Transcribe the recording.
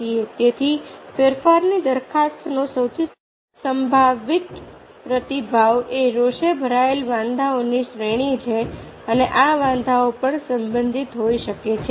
તેથી ફેરફારની દરખાસ્તનો સૌથી સંભવિત પ્રતિભાવ એ રોષે ભરાયેલા વાંધાઓની શ્રેણી છે અને આ વાંધાઓ પણ સંબંધિત હોઈ શકે છે